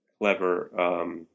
clever